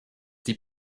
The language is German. die